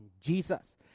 Jesus